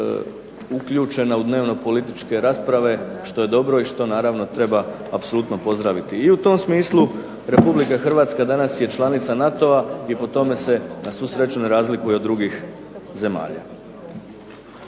uključena u dnevno političke rasprave, što je dobro i što treba apsolutno pozdraviti. U tom smislu Republika Hrvatska danas je članica NATO-a i po tome se na svu sreću ne razlikuje od drugih zemalja.